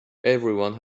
everyone